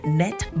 net